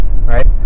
right